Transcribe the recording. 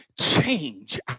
change